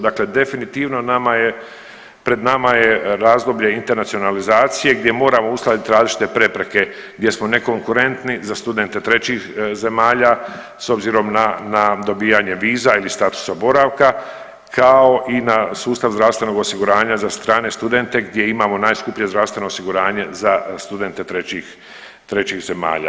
Dakle, definitivno pred nama je razdoblje internacionalizacije gdje moramo uskladiti različite prepreke gdje smo nekonkurentni za studente trećih zemalja s obzirom na dobijanje viza ili statusa boravka kao i na sustav zdravstvenog osiguranja za strane studente gdje imamo najskuplje zdravstveno osiguranje za studente trećih zemalja.